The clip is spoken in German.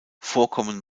vorkommen